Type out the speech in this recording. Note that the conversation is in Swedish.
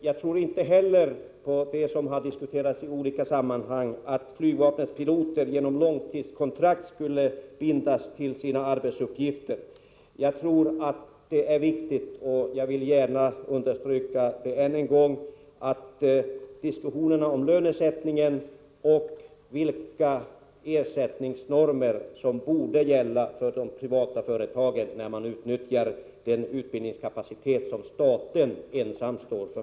Jag tror inte heller på den lösning som har diskuterats i olika sammanhang och som innebär att flygvapnets piloter genom långtidskontrakt skulle bindas till sina arbetsuppgifter. Jag tror att det är riktigt, och jag vill ännu en gång understryka det, att diskussionerna även bör gälla lönesättningen och vilka ersättningsnormer som skall tillämpas för de privata företagen när de utnyttjar den utbildningskapacitet som enbart staten tillhandahåller.